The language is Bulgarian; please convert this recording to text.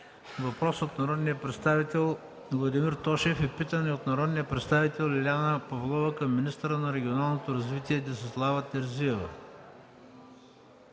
въпрос от народния представител Владимир Тошев и питане от народния представител Лиляна Павлова към министъра на регионалното развитие Десислава Терзиева;